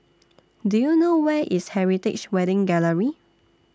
Do YOU know Where IS Heritage Wedding Gallery